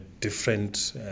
different